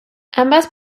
ambas